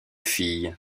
filles